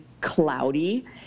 cloudy